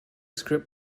script